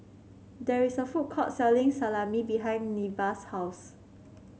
there is a food court selling Salami behind Neva's house